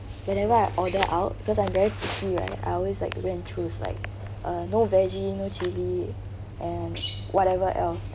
whenever I order out because I'm picky very right I always like went through like uh no veggie no chili and whatever else